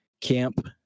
camp